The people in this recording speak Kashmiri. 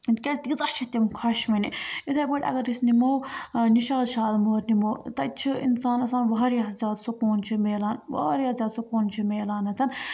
تِکیٛازِ تیٖژاہ چھےٚ تِم خوشوٕنہِ یِتھے پٲٹھۍ اَگر أسۍ نِمو نِشاط شالمور نِمو تَتہِ چھُ اِنسانَسَن واریاہ زیادٕ سکوٗن چھُ مِلان واریاہ زیادٕ سکوٗن چھُ مِلان